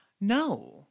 no